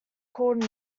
called